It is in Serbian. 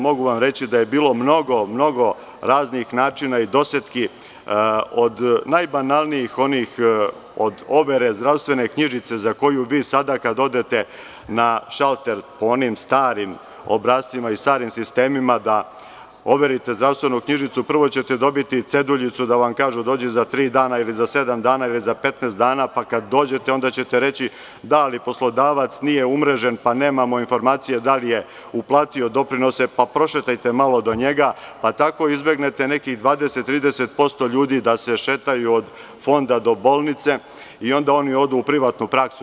Mogu vam reći da je bilo mnogo, mnogo raznih načina i dosetki od najbanalnijih, od overe zdravstvene knjižice za koju vi sada, kada odete na šalter po onim starim obrascima i starim sistemima, da overite zdravstvenu knjižicu, prvo ćete dobiti ceduljicu da vam kažu – dođi za tri dana, ili za sedam dana, ili za 15 dana, pa kad dođete, onda ćete reći, ali poslodavac nije umrežen pa nemamo informacije da li je uplatio doprinose, pa prošetajte malo do njega, pa tako izbegnete nekih 20, 30% ljudi koji se šetaju od Fonda do bolnice, pa tako odu u privatnu praksu.